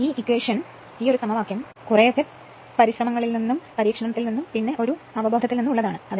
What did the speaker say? ഈ സമവാക്യം littlEbit ഉം പിശക് പരീക്ഷണവും അവബോധത്തിൽ നിന്നുള്ള പിശകും ശ്രമിക്കേണ്ടതുണ്ട്